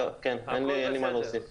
אין לי מה להוסיף